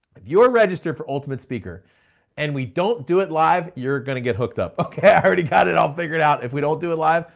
if you're registered for ultimate speaker and we don't do it live, you're gonna get hooked up. okay, i already got it all figured out if we don't do it live,